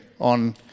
on